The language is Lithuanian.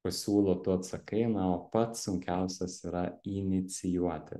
pasiūlo tu atsakai na o pats sunkiausias yra inicijuoti